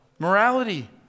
Morality